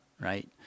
right